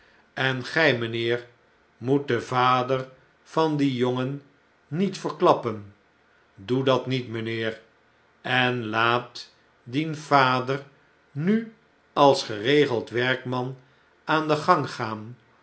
en gij mgnheer moet den vader van dien jongen niet verklappen doe dat niet mgnheer en laat dien vader nu als geregeld werkman aan den gang gaan